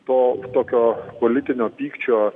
to tokio politinio pykčio